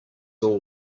all